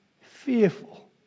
fearful